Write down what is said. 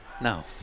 no